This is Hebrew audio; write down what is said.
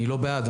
אני לא נגד,